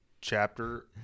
chapter